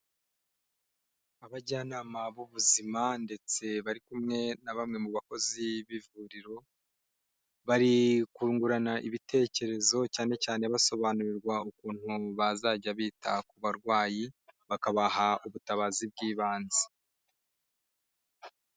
Abajyanama b'ubuzima ndetse bari kumwe na bamwe mu bakozi b'ivuriro, bari kungurana ibitekerezo cyane cyane basobanurirwa ukuntu bazajya bita ku barwayi bakabaha ubutabazi bw'ibanze.